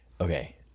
Okay